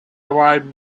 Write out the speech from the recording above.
arrived